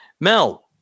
Mel